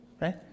right